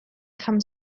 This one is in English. come